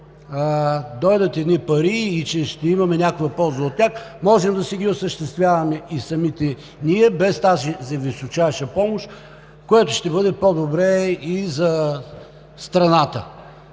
дойдат едни пари и че ще имаме някаква полза от тях, можем да си ги осъществяваме и самите ние без тази височайша помощ, което ще бъде по-добре и за страната.